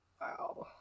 wow